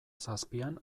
zazpian